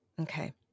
Okay